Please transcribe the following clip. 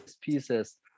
pieces